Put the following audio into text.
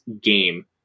game